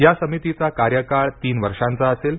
या समितीचा कार्य काळ तीन वर्षांचा असेल